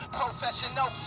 professional